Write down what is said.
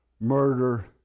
murder